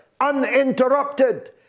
uninterrupted